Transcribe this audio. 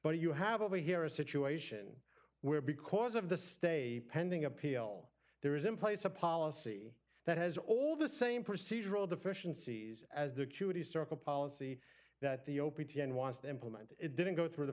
but you have over here a situation where because of the stay pending appeal there is in place a policy that has all the same procedural deficiencies as the cuties circle policy that the opi t n wants to implement it didn't go through the